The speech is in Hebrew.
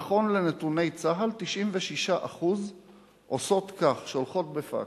נכון לנתוני צה"ל, 96% עושות כך, שולחות בפקס.